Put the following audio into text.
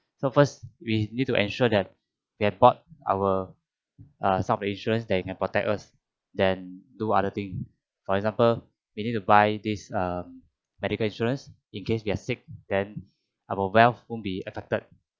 so first we need to ensure that we've bought our uh self insurance that can protect us then do other things for example we need to buy this um medical insurance in case we are sick then our wealth won't be affected